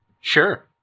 Sure